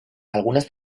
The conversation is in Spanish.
algunas